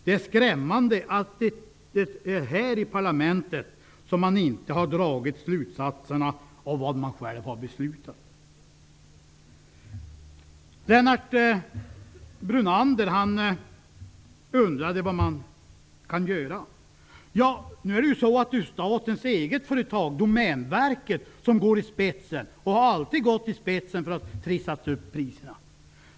Det är skrämmande att det är här i parlamentet som man inte har dragit slutsatserna av vad man själv har beslutat. Lennart Brunander undrade vad man kan göra. Det är ju statens eget företag, Domänverket, som alltid har gått och går i spetsen för att trissa upp priserna.